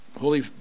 Holy